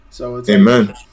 Amen